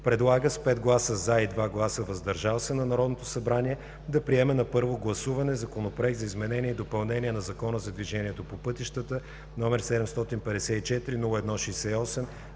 без гласове „против" и 2 гласа „въздържал се" на Народното събрание да приеме на първо гласуване Законопроект за изменение и допълнение на Закона за движението по пътищата, № 754-01-68,